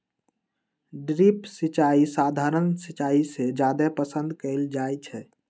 drip सिंचाई सधारण सिंचाई से जादे पसंद कएल जाई छई